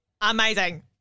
amazing